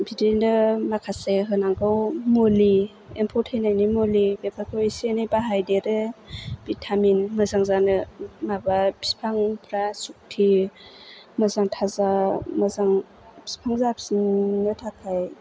बिदिनो माखासे होनांगौ मुलि एम्फौ थैनायनि मुलि बेफोरखौ एसे एनै बाहायदेरो भिटामिन मोजां जानो माबा बिफांफ्रा सुक्ति मोजां थाजा मोजां बिफां जाफिननो थाखाय